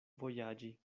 vojaĝi